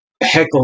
heckle